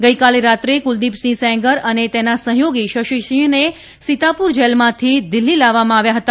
ગઈકાલે રાત્રે કુલદીપસિંહ સેંગર અને તેના સહયોગી શશીસિંહને સીતાપુર જેલમાંથી દિલ્ફી લાવવામાં આવ્યા હતા